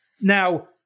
Now